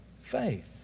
faith